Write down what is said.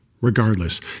Regardless